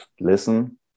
listen